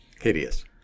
Hideous